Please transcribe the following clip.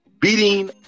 Beating